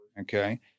Okay